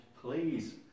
please